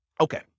okay